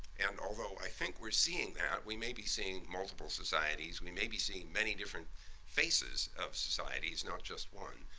and although i think we're seeing that, we may be seeing multiple societies, we may be seeing many different faces of societies, not just one.